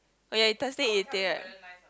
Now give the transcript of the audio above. oh ya you Thursday eat there